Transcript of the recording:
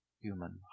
human